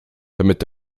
damit